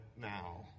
now